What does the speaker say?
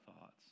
thoughts